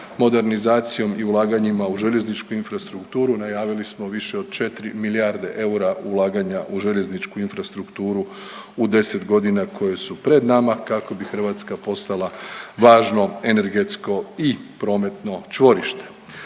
modernizacijom i ulaganjima u željezničku infrastrukturu. Najavili smo više od 4 milijarde eura ulaganja u željezničku infrastrukturu u 10 godina koje su pred nama kako bi Hrvatska postala važno energetsko i prometno čvorište.